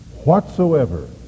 whatsoever